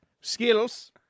Skills